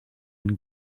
and